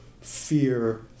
fear